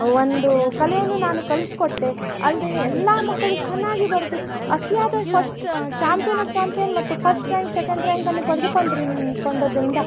ಒಂದು ಕಲೆಯನ್ನು ನಾನು ಕಲ್ಸಿ ಕೊಟ್ಟೆ ಅಲ್ಲದೇ ಎಲ್ಲ ಮಕ್ಕಳು ಚೆನ್ನಾಗಿ ಬರೆದು ಅತಿಯಾದ ಫಸ್ಟ್ ಚಾಂಪಿಯನ್ ಆಫ್ ಚಾಂಪಿಯನ್ ಮತ್ತು ಫಸ್ಟ್ ರ್ಯಾಂಕ್ ಸೆಕೆಂಡ್ ರ್ಯಾಂಕನ್ನು ಪಡೆದುಕೊಂಡ್ರಿ ಕೊಂಡಿದ್ರಿಂದ